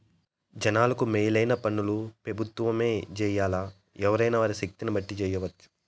జనాలకు మేలైన పన్లు పెబుత్వమే జెయ్యాల్లా, ఎవ్వురైనా వారి శక్తిని బట్టి జెయ్యెచ్చు